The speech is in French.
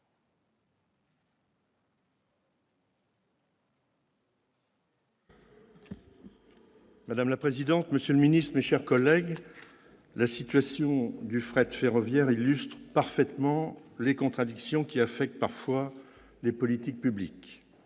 Madame la présidente, monsieur le secrétaire d'État, mes chers collègues, la situation du fret ferroviaire illustre parfaitement les contradictions qui affectent parfois les politiques publiques.